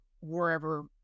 wherever